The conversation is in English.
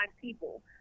people